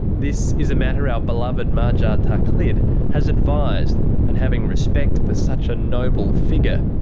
this is a matter our beloved marja taqlid has advised and, having respect for such a noble figure,